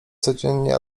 codziennie